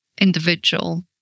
individual